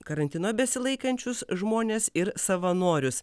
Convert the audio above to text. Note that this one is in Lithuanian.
karantino besilaikančius žmones ir savanorius